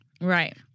right